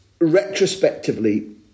retrospectively